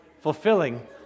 fulfilling